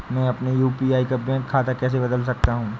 मैं अपने यू.पी.आई का बैंक खाता कैसे बदल सकता हूँ?